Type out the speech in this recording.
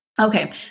Okay